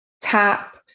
tap